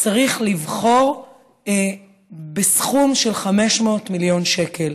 צריך לבחור בסכום של 500 מיליון שקל.